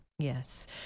Yes